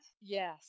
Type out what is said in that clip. yes